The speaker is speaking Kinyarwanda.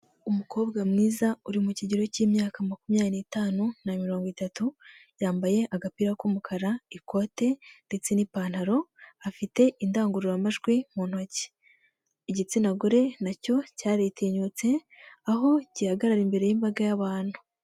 Umukobwa mwiza uri mu kigero cy'imyaka makumyabiri n'itanu na mirongo itatu, yambaye agapira k'umukara, ikote ndetse n'ipantaro, afite indangururamajwi mu ntoki. Igitsina gore nacyo cyaritinyutse aho gihagarara imbere y'imbaga y'abantu.